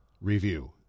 review